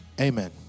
Amen